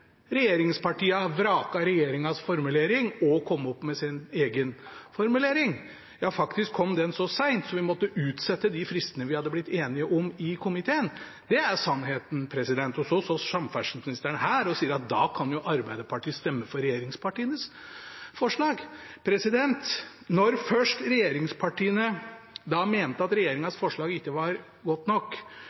formulering og kom opp med sin egen formulering. Faktisk kom den så sent at vi måtte utsette de fristene vi hadde blitt enige om i komiteen. Det er sannheten, og så står samferdselsministeren her og sier at Arbeiderpartiet kan stemme for regjeringspartienes forslag. Når først regjeringspartiene mente at regjeringens forslag ikke var godt nok,